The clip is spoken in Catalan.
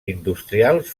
industrials